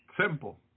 Simple